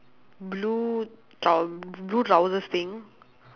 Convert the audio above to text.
blue trou~ blue trousers thing